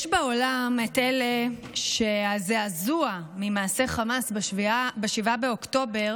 יש בעולם את אלה שהזעזוע ממעשי חמאס ב-7 באוקטובר